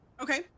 Okay